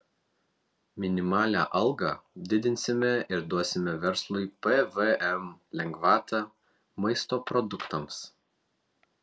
minimalią algą didinsime ir duosime verslui pvm lengvatą maisto produktams